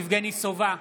יבגני סובה,